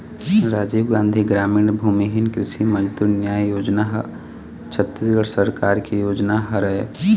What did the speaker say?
राजीव गांधी गरामीन भूमिहीन कृषि मजदूर न्याय योजना ह छत्तीसगढ़ सरकार के योजना हरय